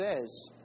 says